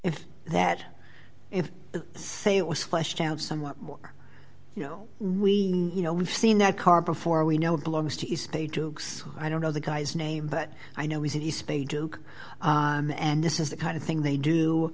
if that if say it was fleshed out somewhat more you know we you know we've seen that car before we know it belongs to spay dukes i don't know the guy's name but i know he spayed joke and this is the kind of thing they do